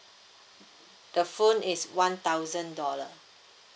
the phone is one thousand dollar